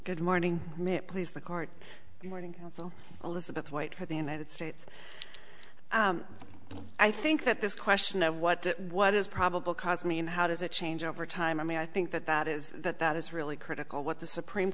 good morning mit please the court morning counsel elizabeth white for the united states i think that this question of what what is probable cause i mean how does it change over time i mean i think that that is that that is really critical what the supreme